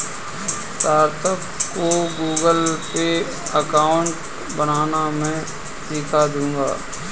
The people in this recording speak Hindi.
सार्थक को गूगलपे अकाउंट बनाना मैं सीखा दूंगा